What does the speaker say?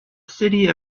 city